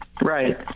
Right